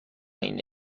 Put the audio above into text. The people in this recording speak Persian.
این